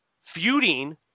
feuding